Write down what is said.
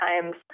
times